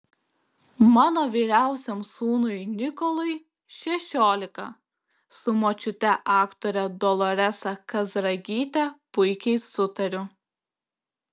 mano vyriausiam sūnui nikolui šešiolika su močiute aktore doloresa kazragyte puikiai sutariu